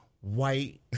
white